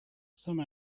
some